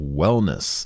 wellness